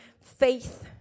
faith